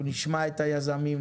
אנחנו נשמע את היזמים,